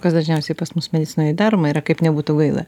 kas dažniausiai pas mus medicinoj i daroma yra kaip nebūtų gaila